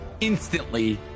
instantly